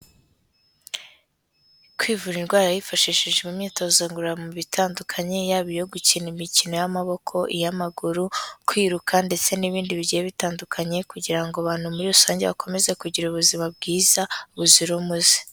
Kwivura indwara hifashishije imyitozo ngororamubiri itandukanye, yaba iyo gukina imikino y'amaboko, iy'amaguru, kwiruka ndetse n'ibindi bigiye bitandukanye kugira ngo abantu muri rusange bakomeze kugira ubuzima bwiza buzira umuze.